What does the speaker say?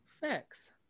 Facts